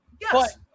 Yes